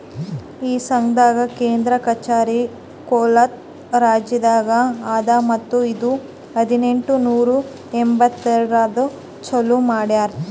ಈ ಸಂಘದ್ ಕೇಂದ್ರ ಕಚೇರಿ ಕೋಲ್ಕತಾ ರಾಜ್ಯದಾಗ್ ಅದಾ ಮತ್ತ ಇದು ಹದಿನೆಂಟು ನೂರಾ ಎಂಬತ್ತೊಂದರಾಗ್ ಚಾಲೂ ಮಾಡ್ಯಾರ್